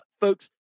Folks